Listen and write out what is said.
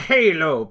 Halo